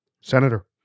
Senator